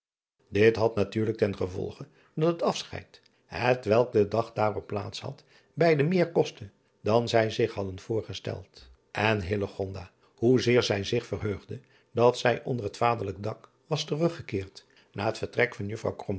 it had natuurlijk ten gevolge dat het afscheid hetwelk den dag daarop plaats had beide meer kostte dan zij zich hadden voorgesteld en hoezeer zij zich verheugde dat zij onder het vaderlijk dak was teruggekeerd na het vertrek van uffrouw